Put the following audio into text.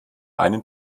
einen